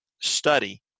study